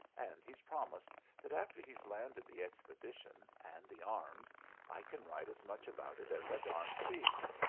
and he's promised that after he's landed the expedition and the arms i can write as much about it as i darn please.